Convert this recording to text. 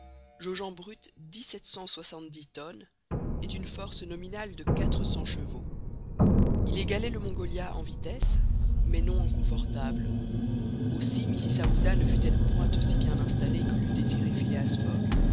jaugeant brut dix-sept cent soixante-dix tonnes et d'une force nominale de quatre cents chevaux il égalait le mongolia en vitesse mais non en confortable aussi mrs aouda ne fut-elle point aussi bien installée que l'eût désiré phileas fogg